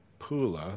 Pula